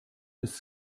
ist